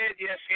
yes